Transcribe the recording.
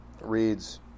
reads